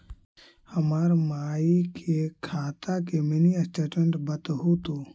हमर माई के खाता के मीनी स्टेटमेंट बतहु तो?